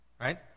right